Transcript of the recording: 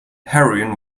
heroin